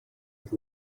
with